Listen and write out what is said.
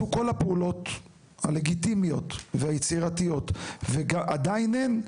כל הפעולות הלגיטימיות והיצירתיות ועדיין אין,